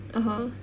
(uh huh)